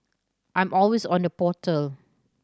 I'm always on the portal